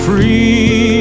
Free